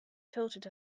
tilted